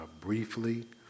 briefly